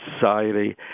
society